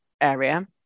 area